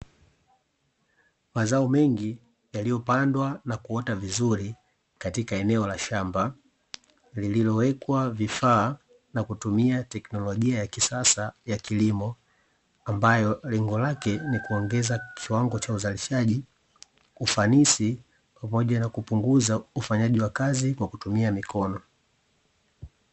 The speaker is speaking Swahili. Mazao mengi yaliyopandwa na kuota vizuri katika eneo la shamba lililowekwa vifaa na kutumia teknolojia ya kisasa ya kilimo, ambayo lengo lake ni kuongeza kiwango cha uzalishaji, ufanisi, pamoja na kupunguza ufanyaji wa kazi kwa kutumia mikono.